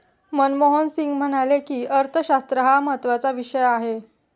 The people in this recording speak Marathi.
मनमोहन सिंग म्हणाले की, अर्थशास्त्र हा महत्त्वाचा विषय आहे